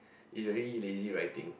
is already lazy writing